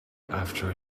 after